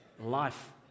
life